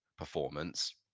performance